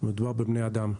מדובר בבני אדם.